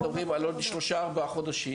אנחנו מדברים על עוד שלושה-ארבעה חודשים,